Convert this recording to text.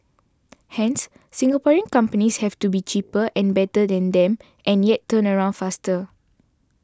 hence Singaporean companies have to be cheaper and better than them and yet turnaround faster